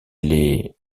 les